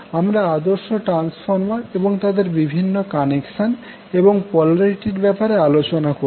আমরা আদর্শ ট্রান্সফর্মার এবং তাদের বিভিন্ন কানেকশন এবং পোলারিটির ব্যাপারে আলোচনা করেছি